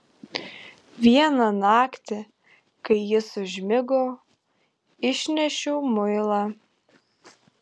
vieną naktį kai jis užmigo išnešiau muilą